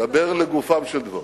דבר לגופם של דברים.